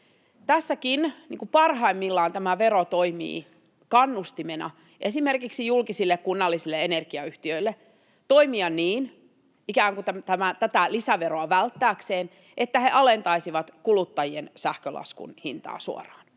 Tässäkin parhaimmillaan tämä vero toimii kannustimena esimerkiksi julkisille, kunnallisille energiayhtiöille toimia niin, ikään kuin tätä lisäveroa välttääkseen, että he alentaisivat kuluttajien sähkölaskun hintaa suoraan.